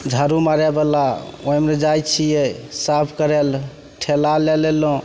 झाड़ू मारयवला ओहिमे जाइ छियै साफ करय लए ठेला लए लेलहुँ